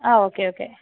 ആ okay okay